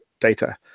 data